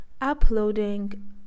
uploading